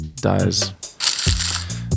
dies